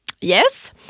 Yes